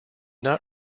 not